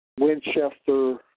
Winchester